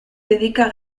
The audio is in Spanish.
dedica